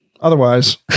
otherwise